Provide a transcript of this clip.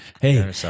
Hey